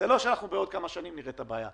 זה לא שבעוד כמה שנים נראה את הבעיה,